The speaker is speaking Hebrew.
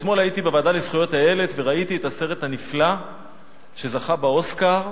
אתמול הייתי בוועדה לזכויות הילד וראיתי את הסרט הנפלא שזכה באוסקר,